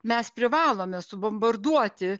mes privalome subombarduoti